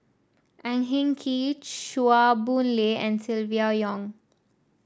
Ang Hin Kee Chua Boon Lay and Silvia Yong